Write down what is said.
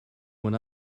when